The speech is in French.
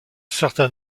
certain